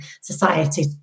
society